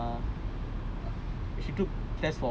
and all lah so we took and all and err